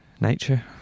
nature